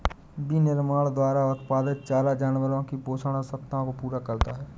विनिर्माण द्वारा उत्पादित चारा जानवरों की पोषण आवश्यकताओं को पूरा करता है